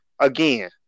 again